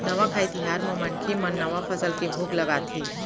नवाखाई तिहार म मनखे मन नवा फसल के भोग लगाथे